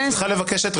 יצאתי להפסקה